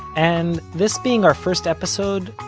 and, this being our first episode,